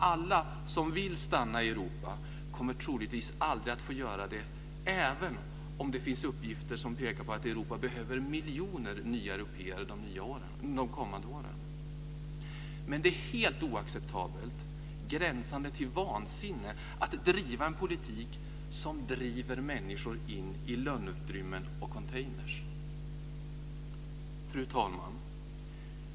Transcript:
Alla som vill stanna i Europa kommer troligtvis aldrig att få göra det även om det finns uppgifter som pekar på att Europa behöver miljoner nya européer de kommande åren. Men det är helt oacceptabelt, gränsande till vansinne, att driva en politik som driver människor in i lönnutrymmen och containers. Fru talman!